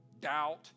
Doubt